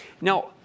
Now